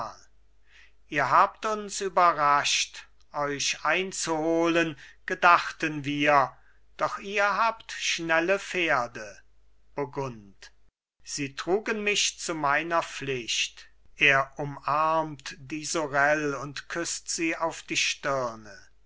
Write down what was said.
ihr habt uns überrascht euch einzuholen gedachten wir doch ihr habt schnelle pferde burgund sie trugen mich zu meiner pflicht er umarmt die sorel und küßt sie auf die stirne